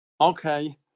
Okay